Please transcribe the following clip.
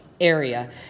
area